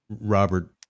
Robert